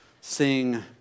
sing